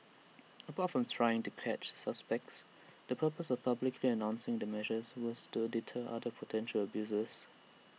apart from trying to catch the suspects the purpose of publicly announcing the measures was to deter other potential abusers